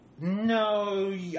No